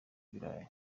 ibirayi